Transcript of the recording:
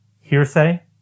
hearsay